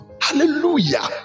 hallelujah